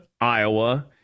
Iowa